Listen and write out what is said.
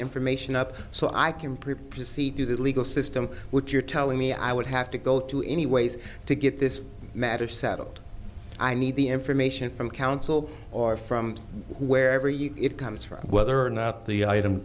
information up so i can prepare to see through the legal system which you're telling me i would have to go to anyways to get this matter settled i need the information from counsel or from wherever you it comes from whether or not the item